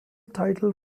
title